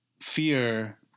fear